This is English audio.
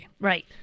right